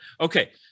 Okay